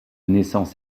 naissance